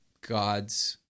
God's